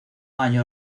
año